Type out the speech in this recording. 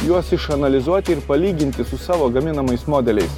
juos išanalizuoti ir palyginti su savo gaminamais modeliais